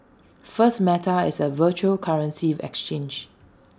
first meta is A virtual currency exchange